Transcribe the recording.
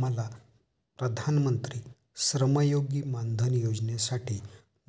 मला प्रधानमंत्री श्रमयोगी मानधन योजनेसाठी